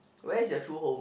where's your true home